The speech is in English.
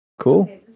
cool